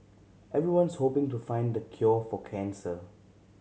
everyone's hoping to find the cure for cancer